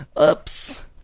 Oops